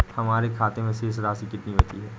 हमारे खाते में शेष राशि कितनी बची है?